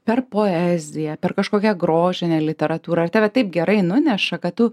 per poeziją per kažkokią grožinę literatūrą ir tave taip gerai nuneša kad tu